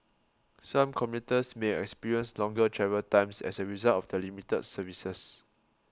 some commuters may experience longer travel times as a result of the limited services